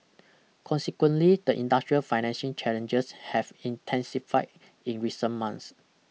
consequently the industrial financing challenges have intensified in recent months